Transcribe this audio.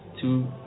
two